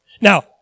Now